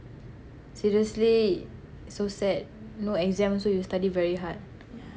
seriously so sad no exam also you study very hard